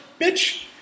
bitch